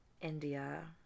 India